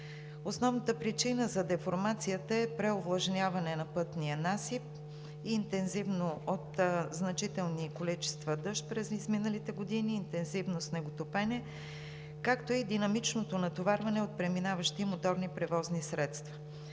Основната причина за деформацията е преовлажняването на пътния насип от интензивни, значителни количества дъжд през изминалите години, интензивно снеготопене, както и динамичното натоварване от преминаващи моторни превозни средства.